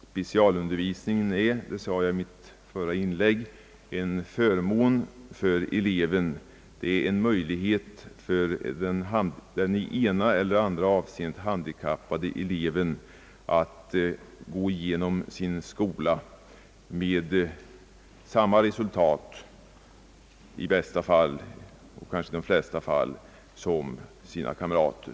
Specialundervisningen är — som jag sade i mitt förra inlägg — en förmån för eleven, en möjlighet för den i det ena eller andra avseendet handikappade eleven att gå igenom sin skola med i bästa och kanske i de flesta fall samma resultat som sina kamrater.